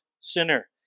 sinner